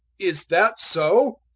is that so?